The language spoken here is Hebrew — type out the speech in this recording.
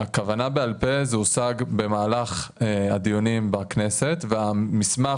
הכוונה בעל פה היא שזה הושג במהלך הדיונים בכנסת והמסמך